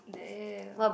damn